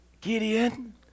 Gideon